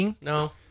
no